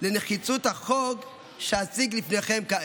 לנחיצות החוק שאציג לפניכם כעת.